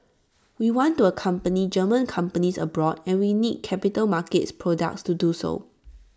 we want to accompany German companies abroad and we need capital markets products to do so